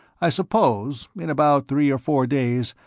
i suppose, in about three or four days,